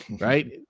Right